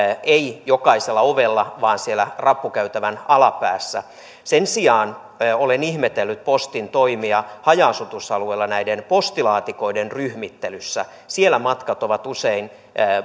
ei olisi jokaisella ovella vaan siellä rappukäytävän alapäässä sen sijaan olen ihmetellyt postin toimia haja asutusalueilla näiden postilaatikoiden ryhmittelyssä siellä matkat ovat usein